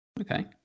Okay